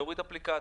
להוריד אפליקציות,